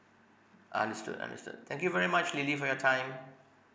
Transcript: understood understood thank you very much lily for your time